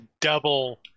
double